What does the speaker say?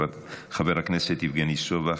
חבר הכנסת יבגני סובה,